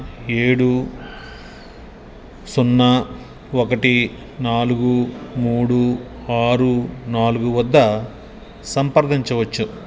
ఏడు సున్నా ఒకటి నాలుగు మూడు ఆరు నాలుగు వద్ద సంప్రదించవచ్చు